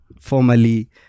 formerly